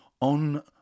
On